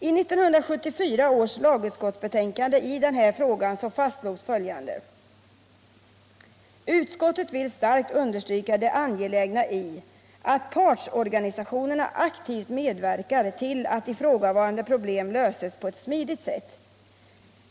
I 1974 års lagutskottsbetänkande i denna fråga fastslogs följande: ”Utskottet vill starkt understryka det angelägna i att partsorganisationerna aktivt medverkar till att ifrågavarande problem löses på ett smidigt sätt.